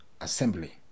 assembly